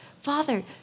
Father